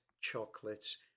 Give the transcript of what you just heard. chocolates